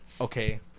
okay